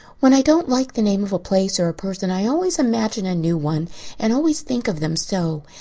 when i don't like the name of a place or a person i always imagine a new one and always think of them so.